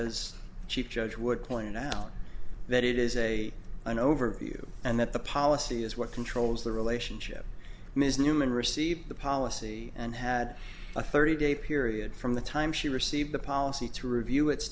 as chief judge would point out that it is a an overview and that the policy is what controls the relationship ms newman received the policy and had a thirty day period from the time she received the policy to review it